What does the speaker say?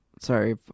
Sorry